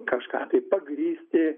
kažką tai pagrįsti